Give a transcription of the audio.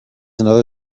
another